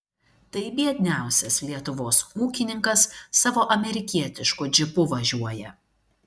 tai biedniausias lietuvos ūkininkas savo amerikietišku džipu važiuoja